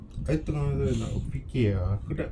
I think aku nak fikir ah ku tak